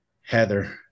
Heather